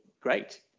great